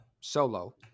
Solo